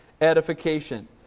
edification